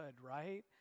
right